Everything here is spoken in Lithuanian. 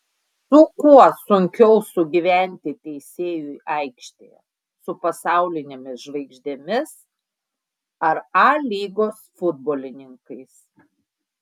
su kuo sunkiau sugyventi teisėjui aikštėje su pasaulinėmis žvaigždėmis ar a lygos futbolininkais